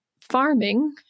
farming